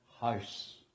house